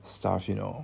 stuff you know